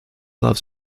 loves